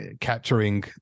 capturing